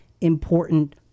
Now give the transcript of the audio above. important